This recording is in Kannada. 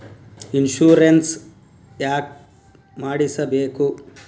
ಇನ್ಶೂರೆನ್ಸ್ ಯಾಕ್ ಮಾಡಿಸಬೇಕು?